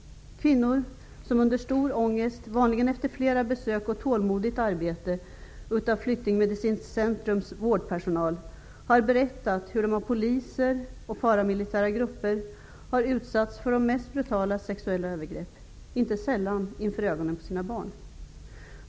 Kvinnor som under stor ångest, vanligtvis efter flera besök hos och tålmodigt arbete av Flyktingmedicinskt centrums vårdpersonal, har berättat hur de av poliser och paramilitära grupper har utsatts för de mest brutala sexuella övergrepp, inte sällan inför ögonen på sina barn.